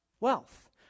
wealth